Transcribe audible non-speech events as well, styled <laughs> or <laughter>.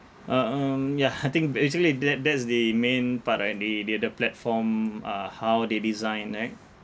uh um yeah <laughs> I think basically that~ that's the main part uh they the the platform uh how they design right